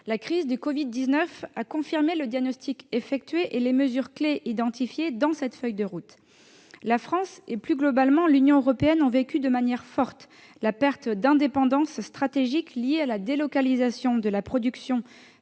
La crise du Covid-19 a confirmé le diagnostic posé et les mesures clés identifiées dans cette feuille de route. La France et, plus globalement, l'Union européenne ont vécu de manière forte la perte d'indépendance stratégique résultant de la délocalisation de la production